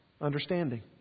understanding